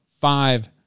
five